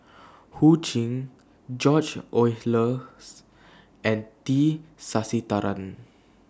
Ho Ching George Oehlers and T Sasitharan